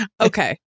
okay